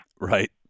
Right